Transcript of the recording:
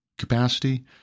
Capacity